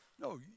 No